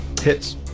Hits